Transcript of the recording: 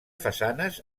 façanes